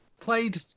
played